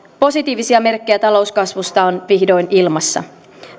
positiivisia merkkejä talouskasvusta on vihdoin ilmassa